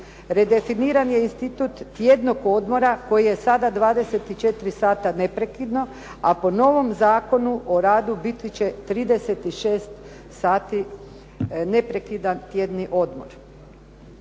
Redefiniran institut tjednog odmora koji je sada 24 sata neprekidno, a po novom Zakonu o radu biti će 36 sati neprekidan tjedni odmor.